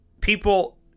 people